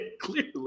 clearly